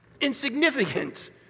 insignificant